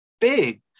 big